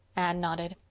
anne nodded.